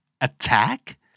Attack